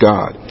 God